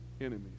enemies